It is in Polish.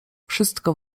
wszystko